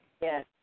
Yes